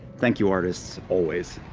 thank you, artists, always.